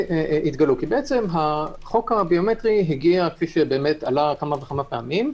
כי החוק הביומטרי הגיע, כפי שעלה כמה וכמה פעמים,